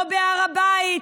לא בהר הבית,